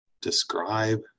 describe